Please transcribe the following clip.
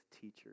teachers